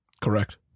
Correct